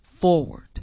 forward